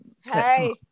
Hey